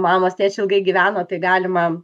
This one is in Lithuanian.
mamos tęčiai ilgai gyveno tai galima